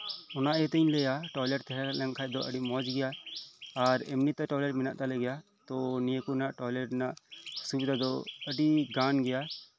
ᱚᱱᱟ ᱤᱭᱟᱹ ᱛᱤᱧ ᱞᱟᱹᱭᱟ ᱴᱚᱭᱞᱮᱴ ᱛᱟᱸᱦᱮ ᱞᱮᱱᱠᱷᱟᱡ ᱫᱚ ᱟᱹᱰᱤ ᱢᱚᱸᱡᱜᱮ ᱮᱢᱱᱤᱛᱮ ᱴᱚᱭᱞᱮᱴ ᱢᱮᱱᱟᱜ ᱛᱟᱞᱮ ᱜᱮᱭᱟ ᱛᱳ ᱱᱤᱭᱟᱹ ᱠᱚᱨᱮᱱᱟᱜ ᱴᱚᱭᱞᱮᱴ ᱨᱮᱱᱟᱜ ᱥᱩᱵᱤᱫᱷᱟ ᱫᱚ ᱟᱹᱰᱤ ᱠᱟᱱ ᱜᱮᱭᱟ